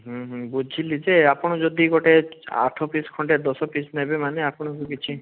ବୁଝିଲି ଯେ ଆପଣ ଯଦି ଗୋଟେ ଆଠ ପିସ୍ ଖଣ୍ଡେ ଦଶ ପିସ୍ ନେବେ ମାନେ ଆପଣଙ୍କୁ କିଛି